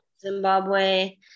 Zimbabwe